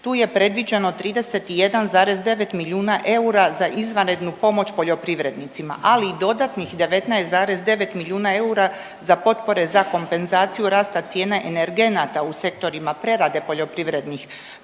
Tu je predviđeno 31,9 milijuna eura za izvanrednu pomoć poljoprivrednicima, ali i dodatnih 19,9 milijuna eura za potpore za kompenzaciju rasta cijene energenata u sektorima prerade poljoprivrednih